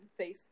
Facebook